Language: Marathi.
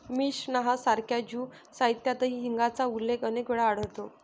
मिशनाह सारख्या ज्यू साहित्यातही हिंगाचा उल्लेख अनेक वेळा आढळतो